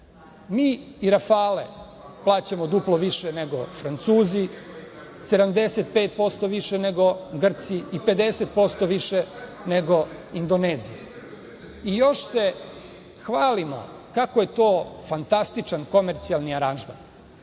i „Rafale“ plaćamo duplo više nego Francuzi, 75% više nego Grci i 50% više nego Indonezija. I, još se hvalimo kako je to fantastičan komercijalni aranžman,